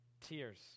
tears